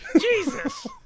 Jesus